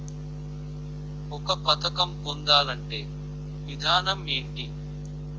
ఒక పథకం పొందాలంటే విధానం ఏంటి?